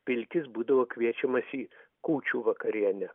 pilkis būdavo kviečiamas į kūčių vakarienę